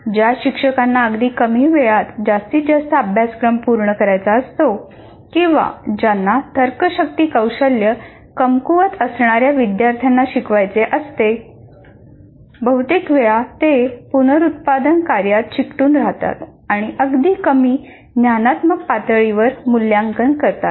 ज्या शिक्षकांना अगदी कमी वेळात जास्तीत जास्त अभ्यासक्रम पूर्ण करायचा असतो किंवा ज्यांना तर्कशक्ती कौशल्य कमकुवत असणाऱ्या विद्यार्थ्यांना शिकवायचे असते बहुतेक वेळा ते पुनरुत्पादन कार्यात चिकटून राहतात आणि अगदी कमी ज्ञानात्मक पातळीवर मूल्यांकन करतात